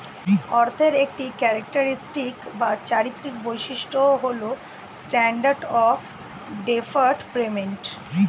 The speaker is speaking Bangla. অর্থের একটি ক্যারেক্টারিস্টিক বা চারিত্রিক বৈশিষ্ট্য হল স্ট্যান্ডার্ড অফ ডেফার্ড পেমেন্ট